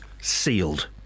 sealed